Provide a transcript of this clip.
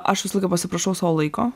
aš pasiprašau savo laiko